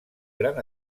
gran